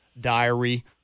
diary